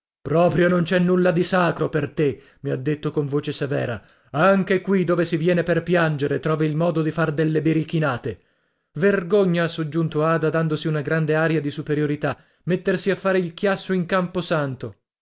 proprio non e è nulla di sacro per te mi ha detto con voce severa anche qui dove si viene per piangere trovi il modo di far delle birichinate vergogna ha soggiunto ada dandosi una grande aria di superiorità mettersi a fare il chiasso in